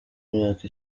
myaka